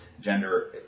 gender